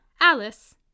Alice